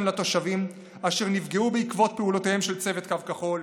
לתושבים אשר נפגעו בעקבות פעולותיו של צוות קו כחול,